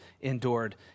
endured